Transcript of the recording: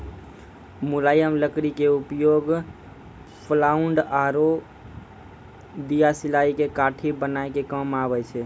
मुलायम लकड़ी के उपयोग प्लायउड आरो दियासलाई के काठी बनाय के काम मॅ आबै छै